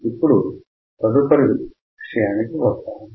ఇప్పుడు తదుపరి విషయానికి వద్దాము